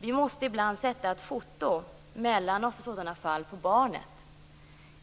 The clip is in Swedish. Ibland måste vi sätta ett foto på barnet mellan oss.